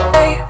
Hey